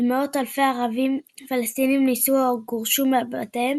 ומאות אלפי ערבים־פלסטינים נסו או גורשו מבתיהם